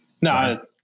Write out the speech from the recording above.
no